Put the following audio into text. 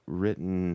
written